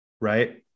right